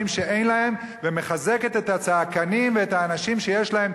שאין להם ומחזקת את הצעקנים ואת האנשים שיש להם,